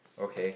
okay